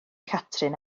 catrin